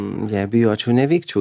jei bijočiau nevykčiau